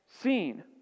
seen